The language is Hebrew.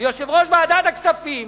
ויושב-ראש ועדת הכספים